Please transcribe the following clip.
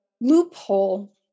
loophole